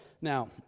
Now